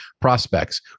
prospects